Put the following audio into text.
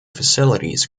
facilities